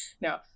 No